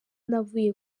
navuye